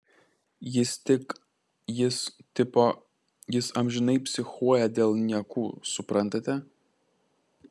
jis tik jis tipo jis amžinai psichuoja dėl niekų suprantate